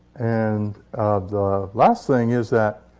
and the last thing is that,